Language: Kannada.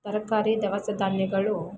ತರಕಾರಿ ದವಸ ಧಾನ್ಯಗಳು